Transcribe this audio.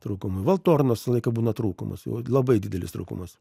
trūkumų valtornos visą laiką būna trūkumas labai didelis trūkumas